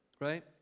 right